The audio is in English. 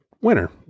winner